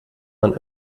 man